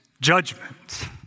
judgment